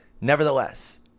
nevertheless